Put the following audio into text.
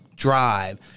drive